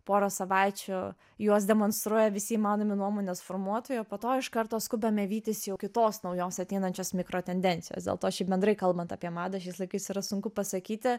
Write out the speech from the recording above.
porą savaičių juos demonstruoja visi įmanomi nuomonės formuotojai o po to iš karto skubame vytis jau kitos naujos ateinančios mikrotendencijos dėl to šiaip bendrai kalbant apie madą šiais laikais yra sunku pasakyti